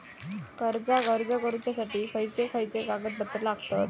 कर्जाक अर्ज करुच्यासाठी खयचे खयचे कागदपत्र लागतत